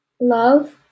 Love